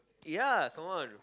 ya come on